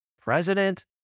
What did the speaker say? president